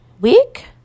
week